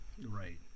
Right